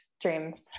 dreams